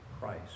price